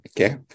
Okay